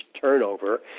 turnover